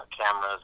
cameras